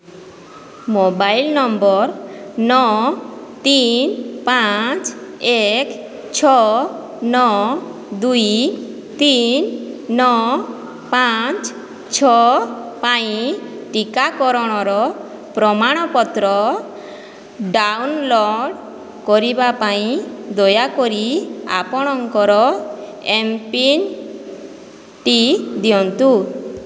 mobile number ନଅ ତିନି ପାଞ୍ଚ ଏକ ଛଅ ନଅ ଦୁଇ ତିନି ନଅ ପାଞ୍ଚ ଛଅ ପାଇଁ ଟିକାକରଣର ପ୍ରମାଣପତ୍ର ଡାଉନଲୋଡ଼୍ କରିବା ପାଇଁ ଦୟାକରି ଆପଣଙ୍କର ଏମ୍ପିନ୍ଟି ଦିଅନ୍ତୁ